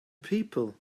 people